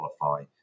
qualify